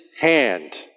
hand